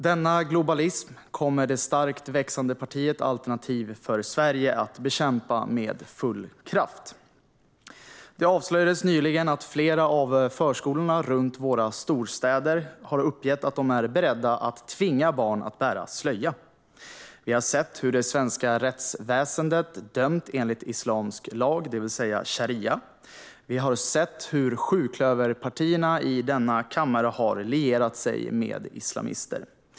Denna globalism kommer det starkt växande partiet Alternativ för Sverige att bekämpa med full kraft. Det avslöjades nyligen att flera av förskolorna runt våra storstäder har uppgett att de är beredda att tvinga barn att bära slöja. Vi har sett hur det svenska rättsväsendet dömt enligt islamsk lag, det vill säga sharia. Vi har sett hur sjuklöverpartierna i denna kammare har lierat sig med islamister.